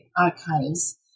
archives